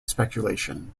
speculation